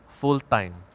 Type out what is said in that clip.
full-time